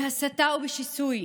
בהסתה ובשיסוי,